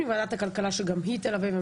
גם ועדת הכלכלה תלווה את הנושא,